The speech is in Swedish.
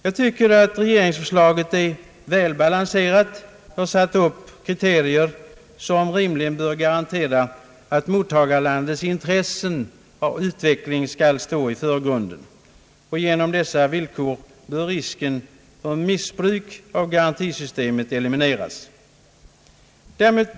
Jag tycker att regeringsförslaget är väl balanserat och med kriterier, som rimligen bör garantera att mottagarlandets intressen och utveckling skall stå i förgrunden. Genom dessa villkor bör missbruk av garantisystemet elimineras.